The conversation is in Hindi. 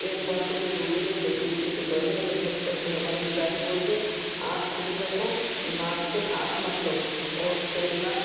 एक बार तो मैं डूबने ही लग गई थी तो डरने लग गई पर फिर हमारे पिताजी बोलते आँख खुली रखो नाक से सांस मत लो और तैरना